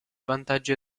vantaggio